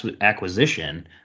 acquisition